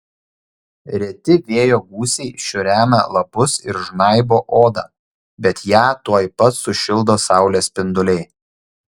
reti vėjo gūsiai šiurena lapus ir žnaibo odą bet ją tuoj pat sušildo saulės spinduliai